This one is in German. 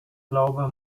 glaube